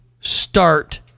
start